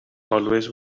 always